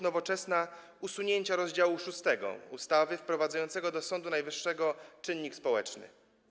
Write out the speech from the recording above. Nowoczesna usunięcia rozdziału 6 ustawy wprowadzającego do Sądu Najwyższego czynnik społeczny.